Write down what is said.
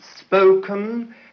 spoken